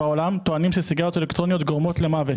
יעשן סיגריות אלקטרוניות כי זה משהו טוב".